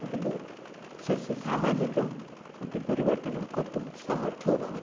अपि तु स्वस्य सामाजिकम् अपि परिवर्तनं कर्तुं समर्थो भवति